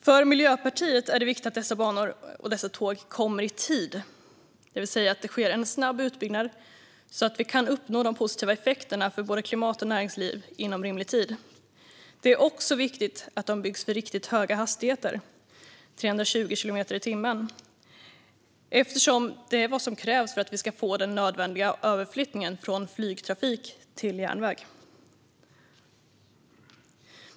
För Miljöpartiet är det viktigt att dessa banor och tåg kommer i tid, det vill säga att det sker en snabb utbyggnad så att vi kan uppnå de positiva effekterna för både klimat och näringsliv inom rimlig tid. Det är också viktigt att de byggs för riktigt höga hastigheter, 320 kilometer i timmen, eftersom det är vad som krävs för att vi ska få den nödvändiga överflyttningen från flygtrafik till järnväg.